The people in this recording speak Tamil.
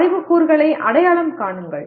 அறிவு கூறுகளை அடையாளம் காணுங்கள்